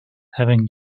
having